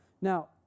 Now